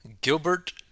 Gilbert